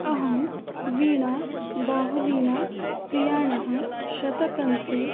अहं वीणा बाहुलीन प्रियाणः शततन्त्री